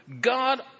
God